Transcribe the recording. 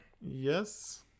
Yes